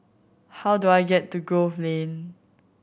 how do I get to Grove Lane